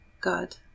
God